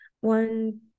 one